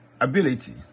ability